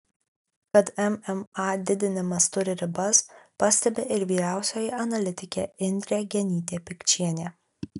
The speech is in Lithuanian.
kad mma didinimas turi ribas pastebi ir vyriausioji analitikė indrė genytė pikčienė